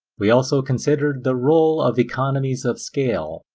we also considered the role of economies of scale,